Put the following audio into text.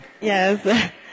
Yes